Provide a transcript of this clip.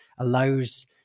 allows